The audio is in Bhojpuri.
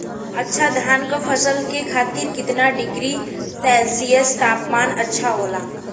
अच्छा धान क फसल के खातीर कितना डिग्री सेल्सीयस तापमान अच्छा होला?